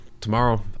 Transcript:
tomorrow